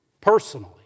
personally